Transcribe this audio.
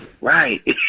right